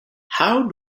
how